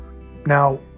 Now